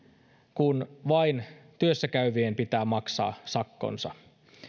kun vain työssäkäyvien pitää maksaa sakkonsa